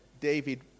David